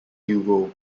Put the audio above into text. hugo